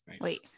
Wait